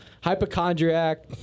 Hypochondriac